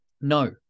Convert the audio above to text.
No